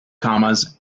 commas